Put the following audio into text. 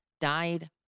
died